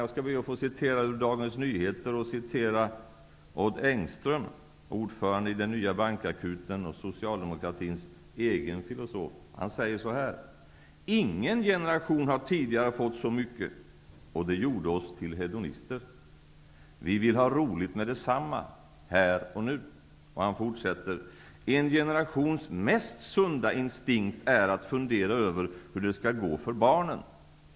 Jag skall be att få citera ur en artikel i Dagens Nyheter av Odd Engström, ordförande i den nya bankakuten och socialdemokratins egen filosof. Han säger så här: ''Ingen generation har tidigare fått så mycket och det gjorde oss till hedonister. Vi vill ha roligt med detsamma, här och nu.'' Han fortsätter: ''En generations mest sunda instinkt är att fundera över hur det ska gå för barnen.